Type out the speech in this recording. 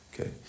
Okay